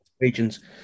regions